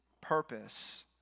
purpose